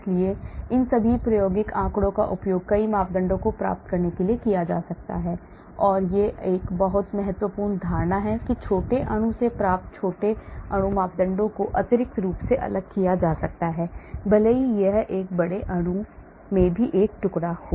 इसलिए इन सभी प्रायोगिक आंकड़ों का उपयोग कई मापदंडों को प्राप्त करने के लिए किया जा सकता है और एक महत्वपूर्ण धारणा है छोटे अणु से प्राप्त छोटे अणु मापदंडों को अतिरिक्त रूप से अलग किया जा सकता है भले ही यह एक बड़े अणु में भी एक टुकड़ा हो